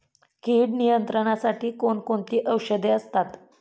कीड नियंत्रणासाठी कोण कोणती औषधे असतात?